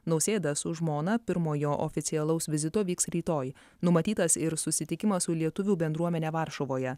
nausėda su žmona pirmojo oficialaus vizito vyks rytoj numatytas ir susitikimas su lietuvių bendruomene varšuvoje